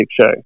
show